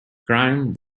grime